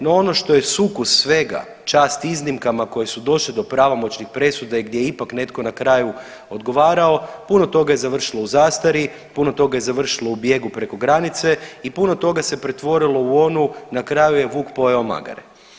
No, ono što je sukus svega, čast iznimkama koje su došle do pravomoćnih presuda i gdje je ipak netko na kraju odgovarao puno toga je završilo u zastari, puno toga je završilo u bijegu preko granice i puno toga se pretvorilo u onu na kraju je vuk pojeo magare.